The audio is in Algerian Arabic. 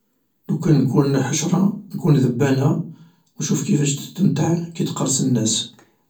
لوكان نكون حشرة نكون ذبانة ونشوف كيفاش تستمتع كي تقرص الناس